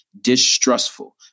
distrustful